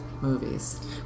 Movies